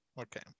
okay